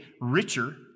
richer